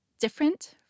different